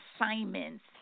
assignments